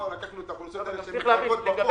ולקחנו את האוכלוסיות האלה --- צריך להבין,